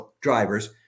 drivers